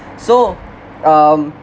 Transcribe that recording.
so um